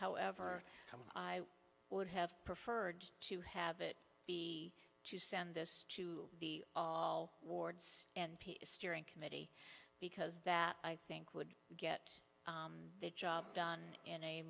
however i would have preferred to have it be to send this to the all wards and steering committee because that i think would get the job done in a